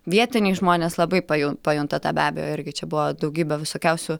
vietiniai žmonės labai paju pajunta tą be abejo irgi čia buvo daugybė visokiausių